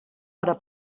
hora